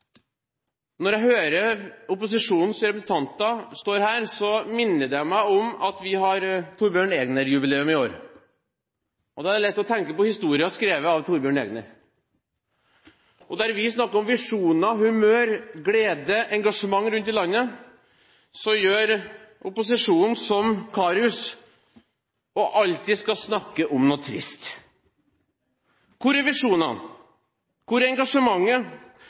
Når jeg hører opposisjonens representanter som står her, så minner det meg om at vi har Thorbjørn Egner-jubileum i år, og da er det lett å tenke på historier skrevet av Thorbjørn Egner. Der vi snakker om visjoner, humør, glede og engasjement rundt i landet, så gjør opposisjonen som Karius – de skal alltid snakke om noe trist. Hvor er visjonene? Hvor er engasjementet?